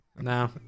No